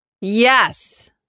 yes